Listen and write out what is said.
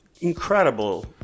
incredible